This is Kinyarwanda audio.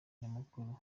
nyamukuru